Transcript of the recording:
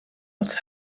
else